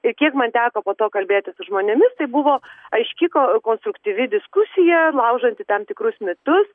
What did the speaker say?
ir kiek man teko po to kalbėtis su žmonėmis tai buvo aiški ko konstruktyvi diskusija laužanti tam tikrus mitus